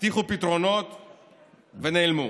הבטיחו פתרונות ונעלמו.